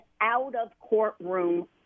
out-of-courtroom